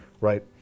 right